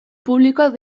publikoak